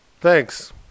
Thanks